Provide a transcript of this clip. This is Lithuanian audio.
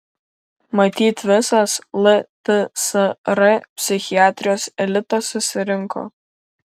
matyt visas ltsr psichiatrijos elitas susirinko